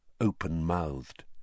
open-mouthed